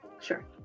Sure